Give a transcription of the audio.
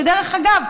שדרך אגב,